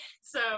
So-